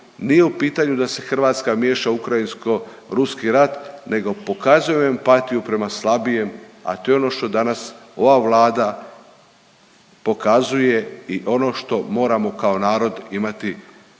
ni u pitanju da se Hrvatska miješa u ukrajinsko ruski rat, nego pokazuje empatiju prema slabijem a to je ono što danas ova Vlada i ono što moramo kao narod imati